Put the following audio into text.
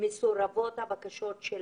שמסורבות הבקשות שלהם.